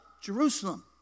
Jerusalem